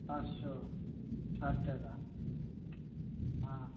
পাঁচশো ষাট টাকা হুম